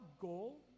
goal